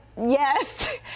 Yes